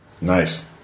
Nice